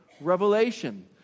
Revelation